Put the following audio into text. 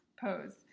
pose